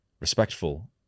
Respectful